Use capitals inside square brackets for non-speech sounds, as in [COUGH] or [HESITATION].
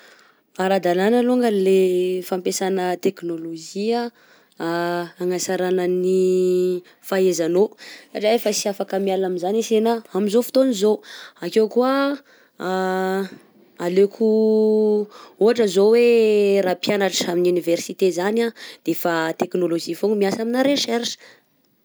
Aradalana longany le fampiasana teknaolozia, [HESITATION] agnasarana ny fahaizanao satria efa sy afaka miala amin'izany ansena amin'izao fotoagna zao, ake koa [HESITATION] aleo koa ohatra zao hoe mpianatra amin'ny université zany a defa teknaolozia fôagna miasa amina recherche.